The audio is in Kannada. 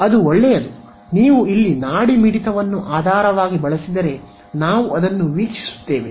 ಅದು ಒಳ್ಳೆಯದು ನೀವು ಇಲ್ಲಿ ನಾಡಿಮಿಡಿತವನ್ನು ಆಧಾರವಾಗಿ ಬಳಸಿದರೆ ನಾವು ಅದನ್ನು ವೀಕ್ಷಿಸುತ್ತೇವೆ